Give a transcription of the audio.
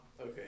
Okay